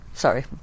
Sorry